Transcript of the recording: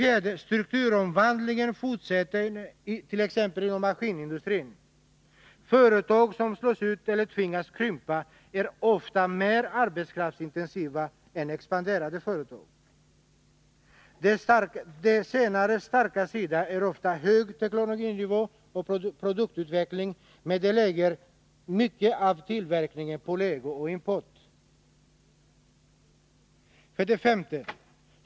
Strukturomvandlingen fortsätter inom t.ex. maskinindustrin. Företag som slås ut eller tvingas krympa är ofta mer arbetskraftsintensiva än expanderande företag. De senares starka sida är ofta hög teknologinivå och produktutveckling, men de lägger ut mycket av tillverkningen på lego och import. 5.